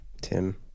Tim